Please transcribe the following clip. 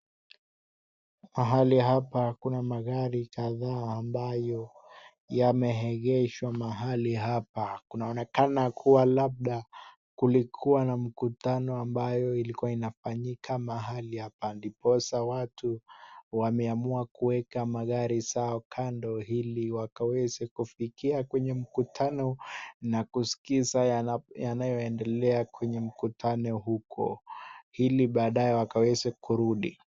Mahali hapa kuna magari kadhaa ambayo yameegeshwa mahali hapa. Kunaonekana kuwa labda kulikuwa na mkutano ambayo ilikuwa inafanyika mahali hapa ndiposa watu wameamua kuweka magari zao kando ili wakaweze kufikia kwenye mkutano na kuskiza yanayoendelea kwenye mkutano huko ili baadaye wakaweze kurudi.